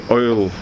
oil